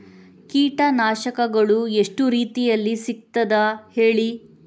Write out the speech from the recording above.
ಕೀಟನಾಶಕಗಳು ಎಷ್ಟು ರೀತಿಯಲ್ಲಿ ಸಿಗ್ತದ ಹೇಳಿ